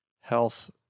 health